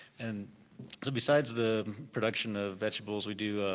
and so besides the production of vegetables we do